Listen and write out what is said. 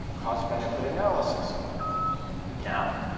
cost-benefit analysis now,